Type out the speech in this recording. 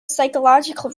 psychological